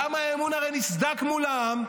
למה האמון הרי נסדק מול העם?